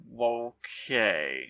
Okay